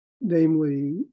Namely